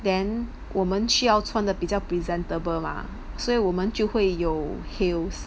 then 我们需要穿的比较 presentable mah 所以我们就会有 heels